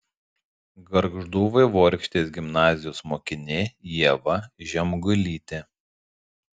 gargždų vaivorykštės gimnazijos mokinė ieva žemgulytė